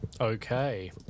Okay